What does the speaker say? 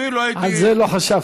אפילו הייתי, על זה לא חשבתי.